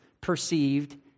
perceived